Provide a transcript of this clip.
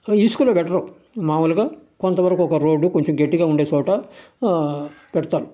ఇసుకలో పెట్టరు మాములుగా కొంత వరకు ఒక రోడ్డు కొంచెం గట్టిగా ఉండే చోట పెడతారు